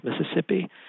Mississippi